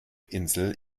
insel